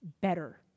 better